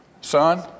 son